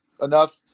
enough